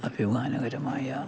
അഭിമാനകരമായ